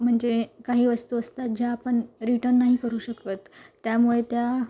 म्हणजे काही वस्तू असतात ज्या आपण रिटन नाही करू शकत त्यामुळे त्या